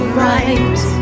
right